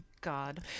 God